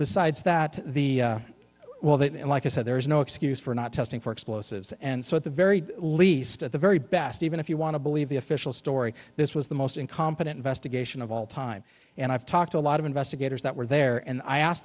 besides that the well that and like i said there is no excuse for not testing for explosives and so at the very least at the very best even if you want to believe the official story this was the most incompetent investigation of all time and i've talked to a lot of investigators that were there and i asked